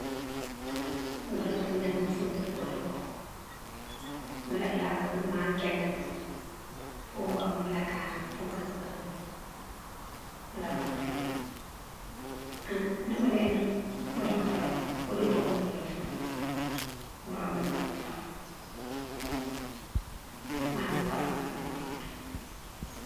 Roudoutou gnama fountini kodou boughe, mola lasini ma kindéma, bougoma mola kanré, bougone foréma mola roudouni. ha nimo léni boudou foréma koudou bougha ma mola foutou, mo roudou boudou foréma mah foréma bourou mo roudou.